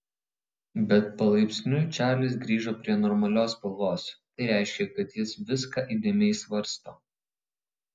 bet palaipsniui čarlis grįžo prie normalios spalvos tai reiškė kad jis viską įdėmiai svarsto